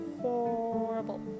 horrible